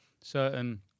certain